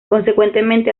consecuentemente